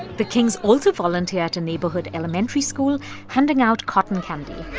the kings also volunteer at a neighborhood elementary school handing out cotton candy